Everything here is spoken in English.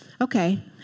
Okay